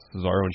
Cesaro